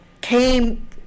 came